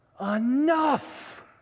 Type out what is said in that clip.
enough